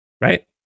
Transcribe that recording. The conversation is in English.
right